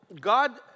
God